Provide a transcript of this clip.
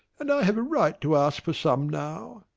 and i have a right to ask for some now.